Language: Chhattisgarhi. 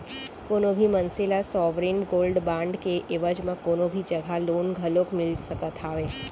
कोनो भी मनसे ल सॉवरेन गोल्ड बांड के एवज म कोनो भी जघा लोन घलोक मिल सकत हावय